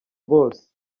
bose